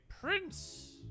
prince